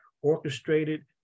orchestrated